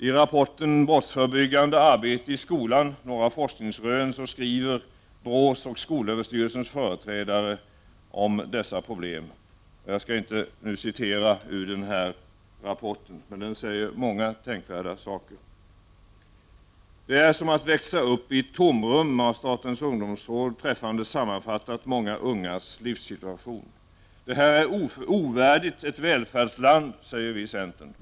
I rapporten ”Brottsförebyggande arbete i skolan — några forskningsrön” skriver BRÅ:s och skolöverstyrelsens företrädare om dessa problem. Jag skall inte nu citera ur denna rapport, men där kan man läsa många tänkvärda saker. Det är som att växa upp i ett tomrum, har statens ungdomsråd träffande sammanfattat många ungas livssituation. Det är ovärdigt ett välfärdsland, säger vi i centern.